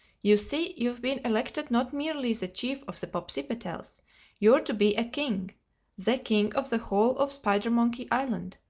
you see you've been elected not merely the chief of the popsipetels you're to be a king the king of the whole of spidermonkey island.